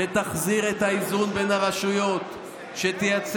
שתחזיר את האיזון בין הרשויות, איזה איזונים?